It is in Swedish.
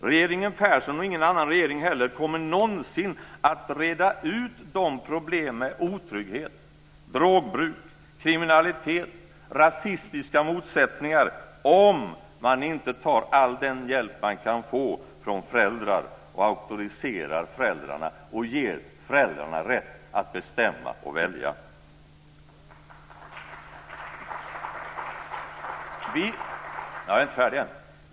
Regeringen Persson, och ingen annan regering heller, kommer någonsin att reda ut de problem med otrygghet, drogbruk, kriminalitet, rasistiska motsättningar om man inte tar all den hjälp man kan få från föräldrar och auktoriserar föräldrarna och ger föräldrarna rätt att bestämma och välja.